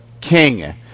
king